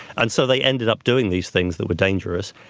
and so they ended up doing these things that were dangerous,